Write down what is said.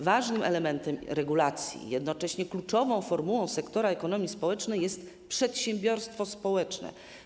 Ważnym elementem regulacji i jednocześnie kluczową formułą sektora ekonomii społecznej jest przedsiębiorstwo społeczne.